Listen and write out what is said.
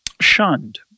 shunned